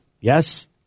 yes